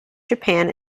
japan